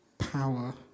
power